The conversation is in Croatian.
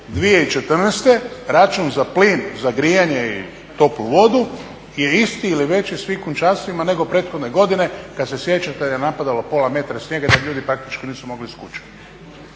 2014. račun za plin, za grijanje i toplu vodu je isti ili veći u svim kućanstvima nego prethodne godine kad se sjećate kad je napadalo pola metra snijega i da ljudi praktički nisu mogli iz kuće.